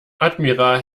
admiral